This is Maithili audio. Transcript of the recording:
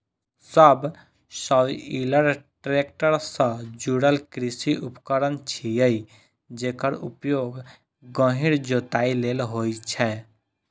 सबसॉइलर टैक्टर सं जुड़ल कृषि उपकरण छियै, जेकर उपयोग गहींर जोताइ लेल होइ छै